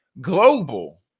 global